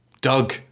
Doug